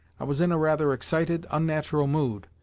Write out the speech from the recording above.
i was in a rather excited, unnatural mood,